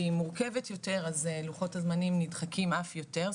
שהיא מורכבת יותר אז לוחות הזמנים נדחקים אף יותר,